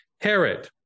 Herod